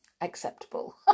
acceptable